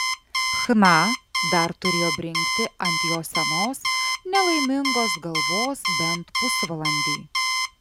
chna dar turėjo brinkti ant jo senos nelaimingos galvos bent pusvalandį